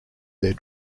their